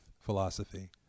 philosophy